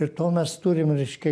ir tol mes turim reiškia